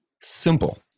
simple